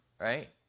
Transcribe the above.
right